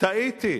טעיתי.